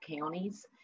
counties